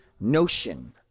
notion